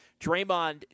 Draymond